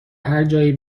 هرجایی